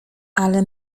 ale